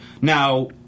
Now